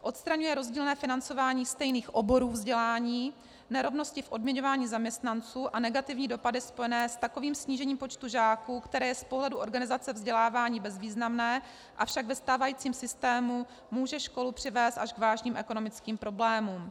Odstraňuje rozdílné financování stejných oborů vzdělání, nerovnosti v odměňování zaměstnanců a negativní dopady spojené s takovým snížením počtu žáků, které je z pohledu organizace vzdělávání bezvýznamné, avšak ve stávajícím systému může školu přivést až k vážným ekonomickým problémům.